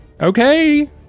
Okay